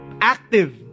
active